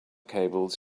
cables